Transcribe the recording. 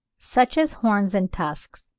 such as horns and tusks,